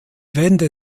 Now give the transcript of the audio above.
wände